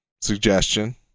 suggestion